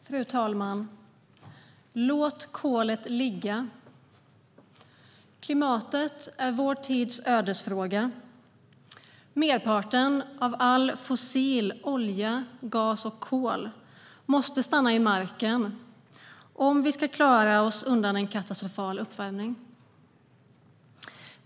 Fru talman! Låt kolet ligga! Klimatet är vår tids ödesfråga. Merparten av all fossil olja, gas och kol måste stanna i marken om vi ska klara oss undan en katastrofal uppvärmning.